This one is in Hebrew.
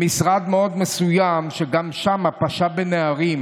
במשרד מאוד מסוים, שגם שם פשע בנערים